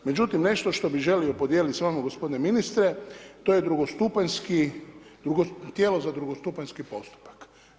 Međutim, nešto što bi želio podijeliti s vama gospodine ministre, to je tijelo za drugostupanjski postupak.